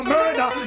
Murder